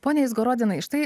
pone izgorodinai štai